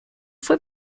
fue